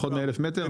פחות מ-1,000 מטר?